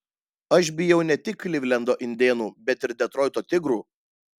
aš bijau ne tik klivlendo indėnų bet ir detroito tigrų